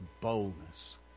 boldness